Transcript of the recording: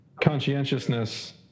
conscientiousness